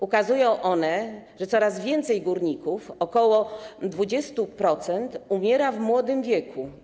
Ukazują one, że coraz więcej górników, ok. 20%, umiera w młodym wieku.